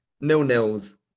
Nil-nils